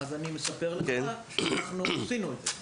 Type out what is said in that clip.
אנחנו עשינו את זה.